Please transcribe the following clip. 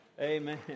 Amen